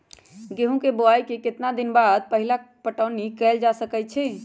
गेंहू के बोआई के केतना दिन बाद पहिला पटौनी कैल जा सकैछि?